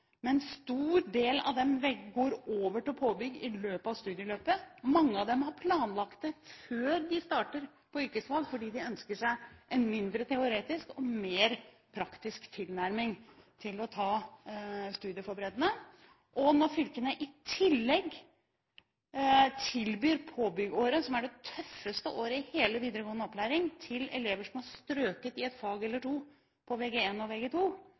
men en stor del av dem går over til påbygg i løpet av studieløpet. Mange av dem har planlagt det før de starter på yrkesfag fordi de ønsker seg en mindre teoretisk og mer praktisk tilnærming til å ta studieforberedende. Når fylkene i tillegg tilbyr påbyggingsåret, som er det tøffeste året i hele den videregående opplæringen, til elever som har strøket i et fag eller to på Vg1 og Vg2, og